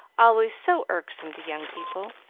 always so irksome to young people.